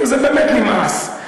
כי זה באמת נמאס.